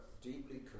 deeply